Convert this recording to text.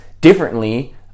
differently